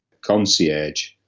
concierge